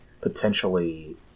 potentially